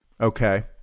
okay